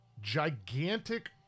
gigantic